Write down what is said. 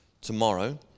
Tomorrow